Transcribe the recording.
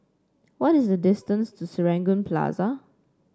what is the distance to Serangoon Plaza